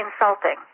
insulting